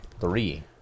three